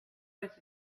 was